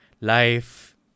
life